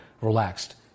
relaxed